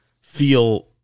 feel